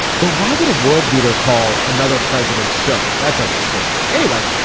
so why would a world leader call another president sir. that doesn't scan anyway.